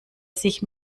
sich